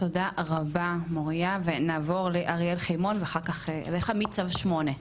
תודה רבה מוריה ונעבור לאריאל חיימון ואחר כך אליך מצו 8,